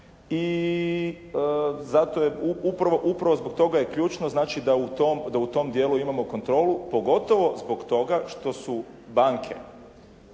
I zato je upravo zbog toga je ključno znači da u tom dijelu imamo kontrolu, pogotovo zbog toga što su banke,